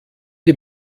die